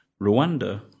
Rwanda